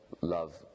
love